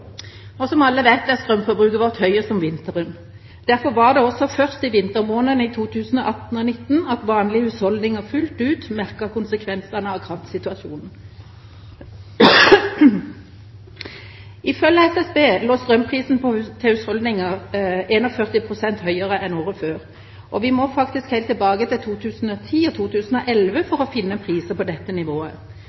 fjellet. Som alle vet, er strømforbruket vårt høyest om vinteren. Derfor var det også først i vintermånedene i 2018 og 2019 at vanlige husholdninger fullt ut merket konsekvensene av kraftsituasjonen. Ifølge SSB lå strømprisene for husholdningene 41 pst. høyere enn året før. Vi må faktisk helt tilbake til 2010 og 2011 for å finne priser på dette nivået.